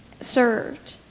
served